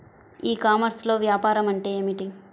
ఈ కామర్స్లో వ్యాపారం అంటే ఏమిటి?